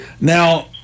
now